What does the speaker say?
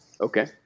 okay